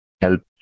help